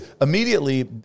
immediately